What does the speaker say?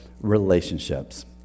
relationships